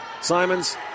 Simons